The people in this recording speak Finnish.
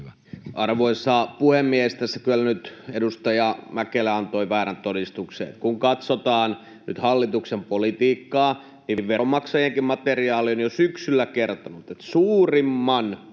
Arvoisa puhemies! Tässä kyllä nyt edustaja Mäkelä antoi väärän todistuksen. Kun katsotaan nyt hallituksen politiikkaa, niin veronmaksajienkin materiaali on jo syksyllä kertonut, että suurimman